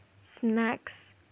snacks